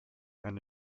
and